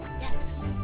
Yes